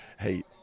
hey